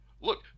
look